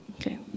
okay